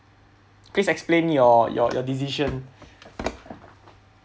please explain your your your decision